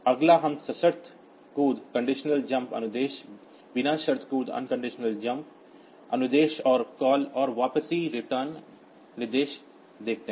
अगला हम conditional jump अनुदेश बिना अनकंडीशनल जंप अनुदेश और कॉल और वापसी निर्देश देखते हैं